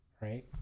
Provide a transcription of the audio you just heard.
right